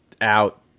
out